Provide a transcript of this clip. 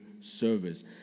service